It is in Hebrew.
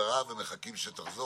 עכשיו, ממה נפשך, אם חשבתם שתוספת